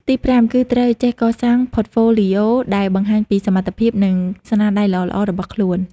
ទីប្រាំ គឺត្រូវចេះ កសាង Portfolio ដែលបង្ហាញពីសមត្ថភាព និងស្នាដៃល្អៗរបស់ខ្លួន។